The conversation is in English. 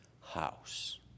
house